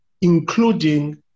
including